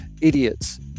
idiots